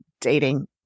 dating